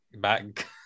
back